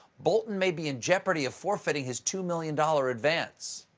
bolton may be in jeopardy of forfeiting his two million dollar advance.